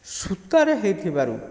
ସୂତାରେ ହୋଇଥିବାରୁ